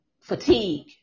fatigue